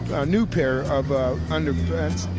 a new pair of ah underpants.